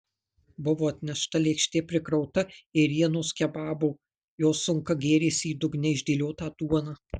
buvo atnešta lėkštė prikrauta ėrienos kebabo jo sunka gėrėsi į dugne išdėliotą duoną